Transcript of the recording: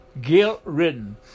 guilt-ridden